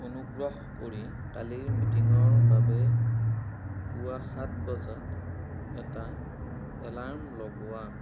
অনুগ্ৰহ কৰি কালিৰ মিটিঙৰ বাবে পুৱা সাত বজাত এটা এলাৰ্ম লগোৱা